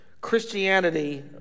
Christianity